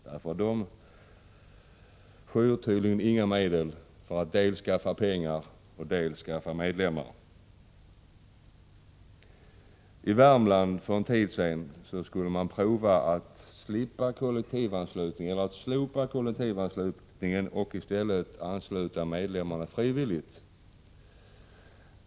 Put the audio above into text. De skyr tydligen inga medel för att dels skaffa pengar, dels skaffa medlemmar. I Värmland skulle man för en tid sedan prova möjligheterna att komma ifrån kollektivanslutningen genom att slopa denna och i stället ansluta medlemmarna frivilligt.